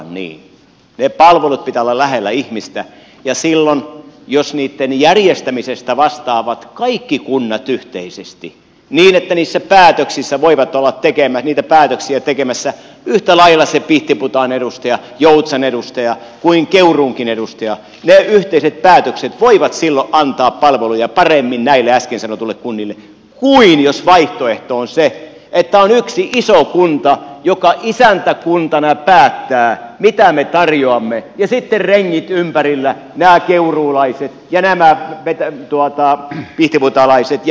niitten palveluitten pitää olla lähellä ihmistä ja jos niitten järjestämisestä vastaavat kaikki kunnat yhteisesti niin että niitä päätöksiä voivat olla tekemässä yhtä lailla se pihtipuhtaan edustaja joutsan edustaja kuin keuruunkin edustaja ne yhteiset päätökset voivat silloin antaa palveluja näille äsken sanotuille kunnille paremmin kuin jos vaihtoehto on se että on yksi iso kunta joka isäntäkuntana päättää mitä me tarjoamme ja sitten on rengit ympärillä nämä keuruulaiset ja nämä pihtiputaalaiset ja joutsalaiset